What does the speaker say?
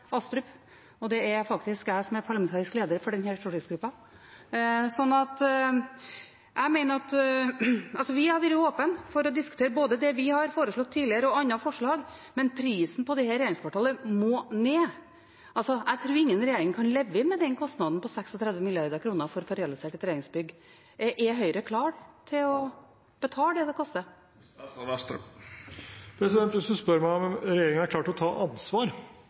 Astrup, og det er faktisk jeg som er parlamentarisk leder for denne stortingsgruppen. Vi har vært åpen for å diskutere både det vi har foreslått tidligere, og andre forslag, men prisen på dette regjeringskvartalet må ned. Jeg tror ingen regjering kan leve med den kostnaden på 36 mrd. kr for å få realisert et regjeringsbygg. Er Høyre klar til å betale det det koster? Hvis representanten Arnstad spør meg om regjeringen er klar til å ta ansvar, er svaret på det ja. Spørsmålet er om Senterpartiet er klar til å ta ansvar